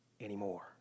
anymore